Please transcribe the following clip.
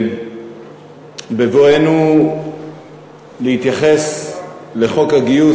בבואנו להתייחס לחוק הגיוס,